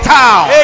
town